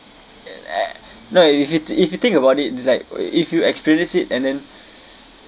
if you th~ if you think about it's like we~ if you experience it and then